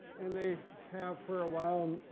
and they have for a while